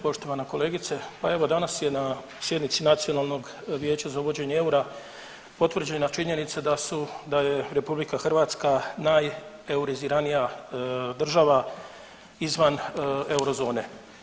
Poštovana kolegice, pa evo danas je na sjednici Nacionalnog vijeća za uvođenje eura potvrđena činjenica da je RH najeuriziranija država izvan eurozone.